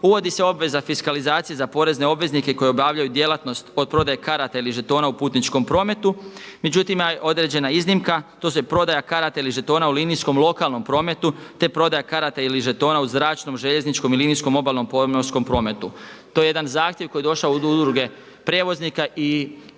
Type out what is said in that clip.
Uvodi se obveza fiskalizacije za porezne obveznike koji obavljaju djelatnost od prodaje karata ili žetona u putničkom prometu. Međutim ima određena iznimka, to su prodaja karata ili žetona u linijskom lokalnom prometu, te prodaja karata ili žetona u zračnom, željezničkom i linijskom obalnom pomorskom prometu. To je jedan zahtjev koji je došao od Udruge prijevoznika